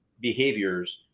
behaviors